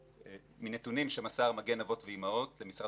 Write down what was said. מנתונים שמסר "מגן אבות ואימהות" למשרד